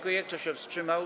Kto się wstrzymał?